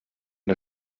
der